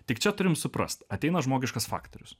tik čia turime suprast ateina žmogiškas faktorius